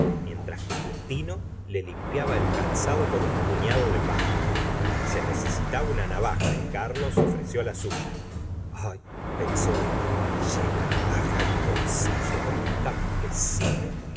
mientras que justino le limpiaba el calzado con un puñado de paja se necesitaba una navaja y carlos ofreció la suya ah pensó emma lleva navaja en el bolsillo como un campesino